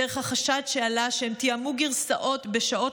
דרך החשד שעלה שהם תיאמו גרסאות בשעות